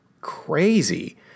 crazy